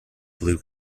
blue